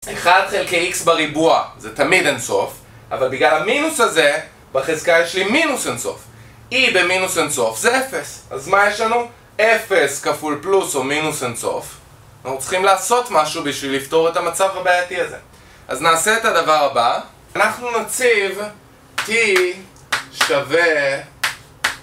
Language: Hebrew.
1 חלקי x בריבוע זה תמיד אינסוף אבל בגלל המינוס הזה, בחזקה יש לי מינוס אינסוף e במינוס אינסוף זה 0 אז מה יש לנו? 0 כפול פלוס או מינוס אינסוף אנחנו צריכים לעשות משהו בשביל לפתור את המצב הבעייתי הזה אז נעשה את הדבר הבא אנחנו נציב t שווה